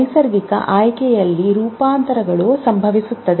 ನೈಸರ್ಗಿಕ ಆಯ್ಕೆಯಲ್ಲಿ ರೂಪಾಂತರಗಳು ಸಂಭವಿಸುತ್ತವೆ